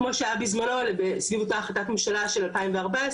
כמו שהיה בזמנו סביב אותה החלטת ממשלה של 2014,